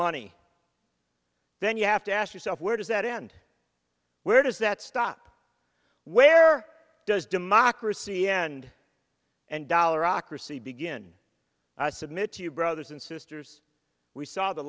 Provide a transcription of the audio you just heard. money then you have to ask yourself where does that end where does that stop where does democracy end and dollar ocracy begin i submit to you brothers and sisters we saw the